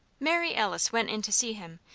mary alice went in to see him,